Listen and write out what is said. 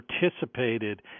participated